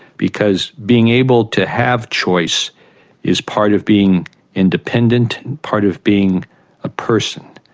because being able to have choice is part of being independent, part of being a person.